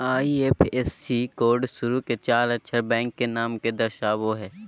IFSC code शुरू के चार अक्षर बैंक के नाम के दर्शावो हइ